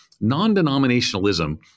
non-denominationalism